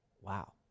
wow